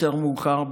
יותר מאוחר,